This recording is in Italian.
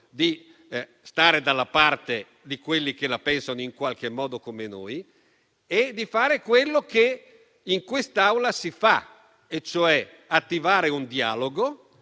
di stare dalla parte di quelli che la pensano come noi e di fare quello che in quest'Aula si fa, e cioè attivare un dialogo